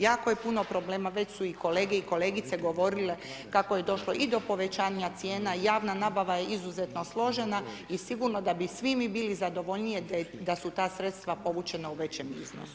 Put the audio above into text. Jako je puno problema već su i kolege i kolegice govorile kako je došlo i do povećanja cijena, javna nabava je izuzetno složena i sigurno da bi svi mi zadovoljniji da su ta sredstva povučena u većem iznosu.